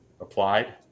applied